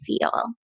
feel